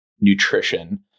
nutrition